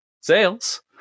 sales